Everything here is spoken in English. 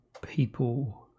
people